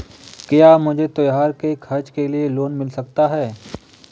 क्या मुझे त्योहार के खर्च के लिए लोन मिल सकता है?